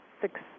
six